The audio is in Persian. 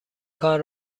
کار